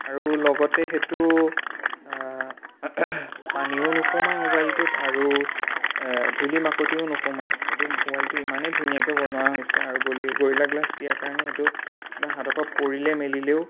আৰু লগতে সেইটো পানীও নোসোমায় মোবাইলটোত আৰু ধূলি মাকতিও নোসোমায় সেইটো মোবাইলটো ইমানেই ধুনীয়াকৈ বনোৱা হৈছে আৰু গলি গৰিলা গ্লাছ দিয়াৰ কাৰণে সেইটো আপোনাৰ হাতৰ পৰা পৰিলে মেলিলেও